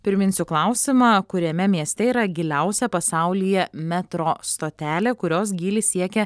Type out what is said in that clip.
priminsiu klausimą kuriame mieste yra giliausia pasaulyje metro stotelė kurios gylis siekia